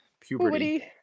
Puberty